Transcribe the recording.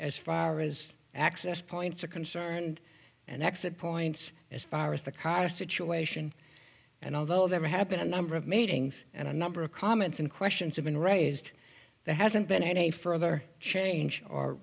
as far as access points are concerned and exit points as far as the car situation and although they're happening number of meetings and a number of comments and questions have been raised there hasn't been any further change or